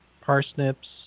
parsnips